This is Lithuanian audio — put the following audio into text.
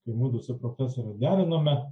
kai mudu su profesore derinome